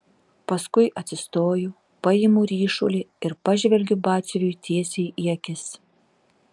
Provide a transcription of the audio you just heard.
paskui atsistoju paimu ryšulį ir pažvelgiu batsiuviui tiesiai į akis